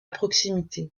proximité